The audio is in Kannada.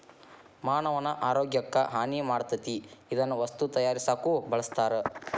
ಮಾನವನ ಆರೋಗ್ಯಕ್ಕ ಹಾನಿ ಮಾಡತತಿ ಇದನ್ನ ವಸ್ತು ತಯಾರಸಾಕು ಬಳಸ್ತಾರ